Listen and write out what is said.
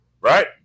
right